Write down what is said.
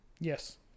Yes